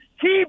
Keep